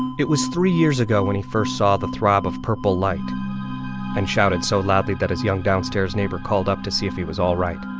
it was three years ago when he first saw the throb of purple light and shouted so loudly that his young downstairs neighbor called up to see if he was all right